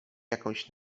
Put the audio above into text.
jakąś